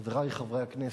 חברי חברי הכנסת,